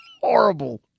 horrible